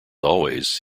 always